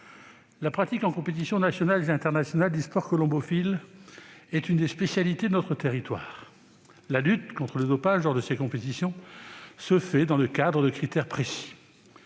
La pratique en compétitions nationales et internationales du sport colombophile est l'une des spécialités de notre territoire. La lutte contre le dopage lors de ces compétitions se fait dans le cadre de critères précis.